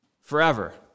forever